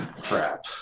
crap